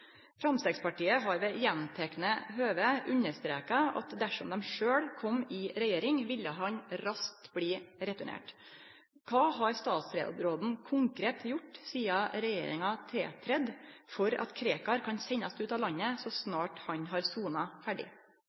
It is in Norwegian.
Framstegspartiet har ved gjentekne høve understreka at dersom dei sjølv kom i regjering, ville han raskt bli returnert. Kva har statsråden konkret gjort sidan regjeringa tiltrådte for at Krekar kan sendast ut av landet når han har sona ferdig?»